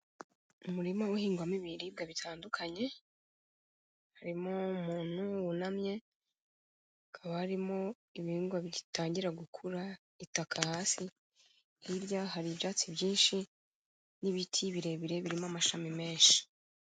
Umurima uhingwamo ibiriribwa bitandukanye. Harimo umuntu wunamye, hakaba harimo, ibihingwa bigitangira gukura itaka hasi. Hirya hari ibyatsi byinshi, n'ibiti birebire birimo amashami menshi.